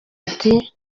ati